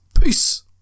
peace